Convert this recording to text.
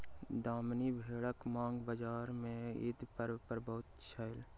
दामनी भेड़क मांग बजार में ईद पर्व पर बहुत छल